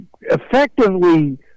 effectively